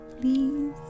Please